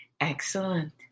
Excellent